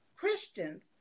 Christians